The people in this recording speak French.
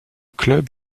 club